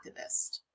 activist